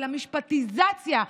למשפטיזציה,